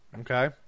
Okay